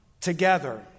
together